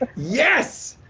yes,